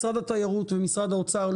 משרד התיירות ומשרד האוצר,